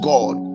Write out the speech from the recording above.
God